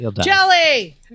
Jelly